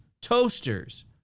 toasters